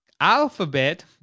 Alphabet